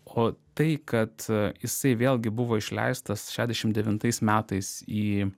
o tai kad jisai vėlgi buvo išleistas šedešim devintais metais į